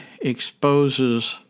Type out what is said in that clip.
exposes